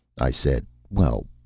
i said well,